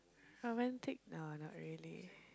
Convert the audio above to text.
romantic no not really